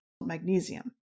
magnesium